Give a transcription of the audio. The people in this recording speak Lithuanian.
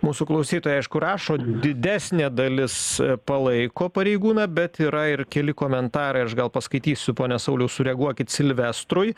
mūsų klausytojai aišku rašo didesnė dalis palaiko pareigūną bet yra ir keli komentarai aš gal paskaitysiu pone sauliau sureaguokit silvestrui